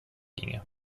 ginge